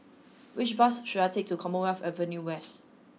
which bus should I take to Commonwealth Avenue West